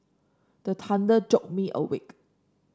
the thunder jolt me awake